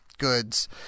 goods